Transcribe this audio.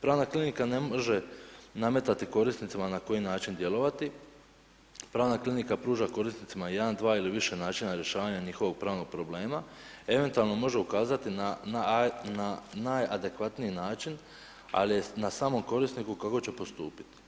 Pravna klinika ne može nametati korisnicima na koji način djelovati, pravna klinika pruža korisnicima jedan, dva ili više načina rješavanja njihovog pravnog problema, eventualno može ukazati na najadekvatniji način ali je na samom korisniku kako će postupiti.